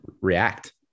react